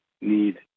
need